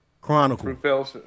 Chronicle